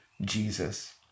Jesus